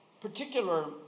particular